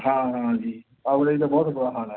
ਹਾਂ ਹਾਂ ਜੀ ਆਵਾਜਾਈ ਦਾ ਬਹੁਤ ਬੁਰਾ ਹਾਲ ਹੈ